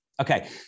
Okay